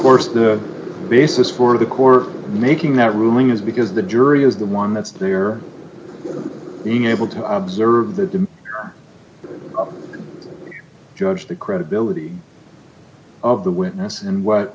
course the basis for the court making that ruling is because the jury is the one that's they are being able to observe the judge the credibility of the witness and what